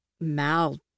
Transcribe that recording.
Mal